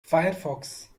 firefox